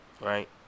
Right